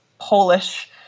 Polish